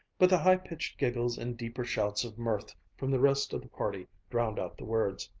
but the high-pitched giggles and deeper shouts of mirth from the rest of the party drowned out the words.